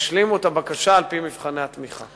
תשלימו את הבקשה על-פי מבחני התמיכה.